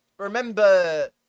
Remember